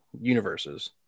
universes